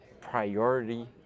priority